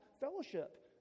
fellowship